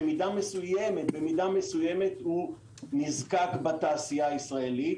במידה מסוימת הוא נזקק בתעשייה הישראלית.